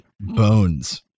bones